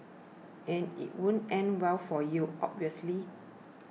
and it won't end well for you obviously